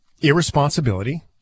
irresponsibility